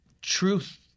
truth